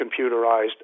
computerized